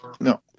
No